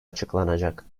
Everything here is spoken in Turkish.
açıklanacak